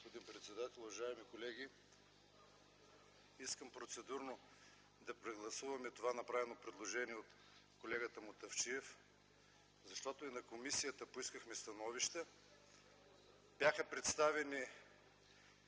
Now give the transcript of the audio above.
господин председател. Уважаеми колеги, искам процедурно да прегласуваме направеното предложение от колегата Мутафчиев, защото и на заседание на комисията поискахме становище. Беше представено